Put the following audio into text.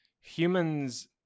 humans